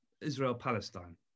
Israel-Palestine